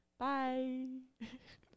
Bye